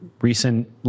recent